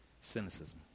Cynicism